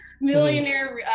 millionaire